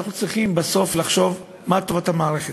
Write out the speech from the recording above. אנחנו צריכים בסוף לחשוב מה טובת המערכת.